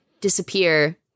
disappear